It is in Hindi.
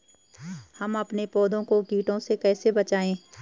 हम अपने पौधों को कीटों से कैसे बचाएं?